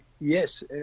yes